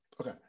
Okay